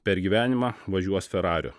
per gyvenimą važiuos ferariu